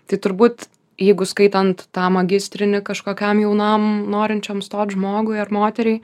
tai turbūt jeigu skaitant tą magistrinį kažkokiam jaunam norinčiam stot žmogui ar moteriai